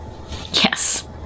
Yes